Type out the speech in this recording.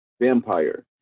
vampire